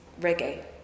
reggae